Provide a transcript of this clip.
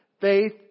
faith